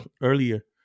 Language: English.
earlier